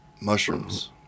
Mushrooms